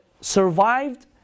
Survived